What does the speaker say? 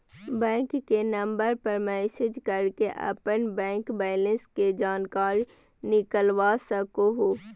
bank के number पर message करके अपन बैंक बैलेंस के जानकारी निकलवा सको हो